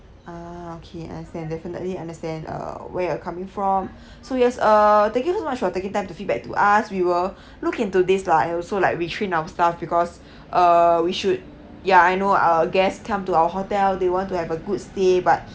ah okay understand definitely understand uh where you're coming from so yes uh thank you so much for taking time to feedback to us we will look into this lah and also like retrain our staff because uh we should ya I know our guests come to our hotel they want to have a good stay but